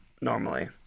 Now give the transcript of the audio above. normally